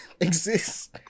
exists